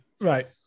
right